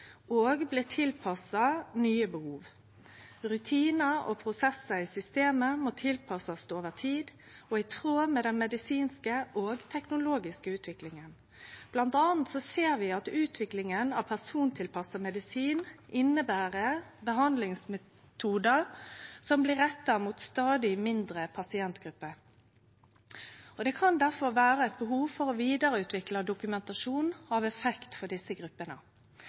blir vidareutvikla og tilpassa nye behov. Rutinar og prosessar i systemet må tilpassast over tid og i tråd med den medisinske og teknologiske utviklinga. Blant anna ser vi at utviklinga av persontilpassa medisin inneber at behandlingsmetodar blir retta mot stadig mindre pasientgrupper. Det kan difor vere eit behov for å vidareutvikle dokumentasjon av effekt for desse gruppene.